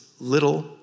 little